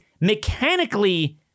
mechanically